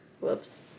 whoops